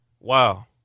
Wow